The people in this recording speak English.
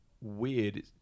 weird